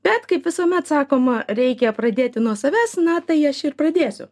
bet kaip visuomet sakoma reikia pradėti nuo savęs na tai aš ir pradėsiu